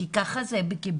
כי ככה זה בכיבוש.